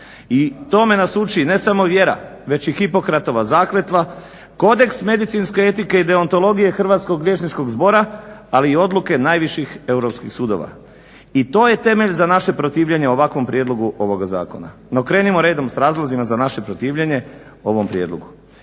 i tome nas uči ne samo vjera već i Hipokratova zakletva, kodeks medicinske etike i deontologije Hrvatskog liječničkog zbora, ali i odluke najviših europskih sudova i to je temelj za naše protivljenje ovakvom prijedlogu ovoga zakona. No krenimo redom s razlozima za naše protivljenje ovom prijedlogu.